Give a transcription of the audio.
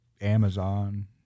Amazon